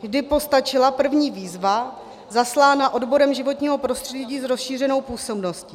kdy postačila první výzva zaslaná odborem životního prostředí s rozšířenou působností.